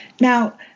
Now